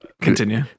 continue